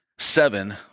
seven